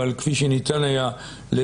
אבל כפי שניתן היה לתאר,